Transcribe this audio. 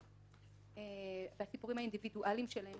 הסיפורים האינדיבידואלים של אנשים